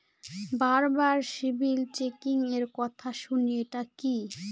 বারবার সিবিল চেকিংএর কথা শুনি এটা কি?